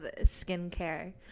skincare